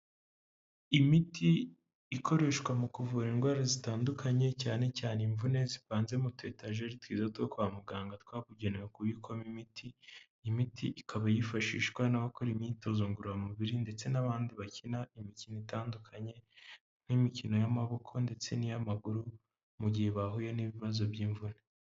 Imiti ikoreshwa mu kuvura indwara zitandukanye cyane cyane imvune zivanzemo utu etagel twiza two kwa muganga twabugenewe kubikwamo imiti, imiti ikaba yifashishwa n'abakora imyitozo ngororamubiri ndetse n'abandi bakina imikino itandukanye nk'imikino y'amaboko ndetse n'iy'amaguru mu gihe bahuye n'ibibazo by'imvune.